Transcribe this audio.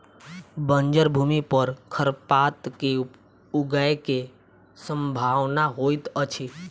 बंजर भूमि पर खरपात के ऊगय के सम्भावना होइतअछि